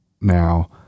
Now